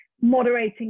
moderating